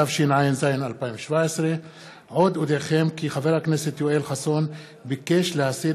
התשע"ז 2017. עוד אודיעכם כי חבר הכנסת יואל חסון ביקש להסיר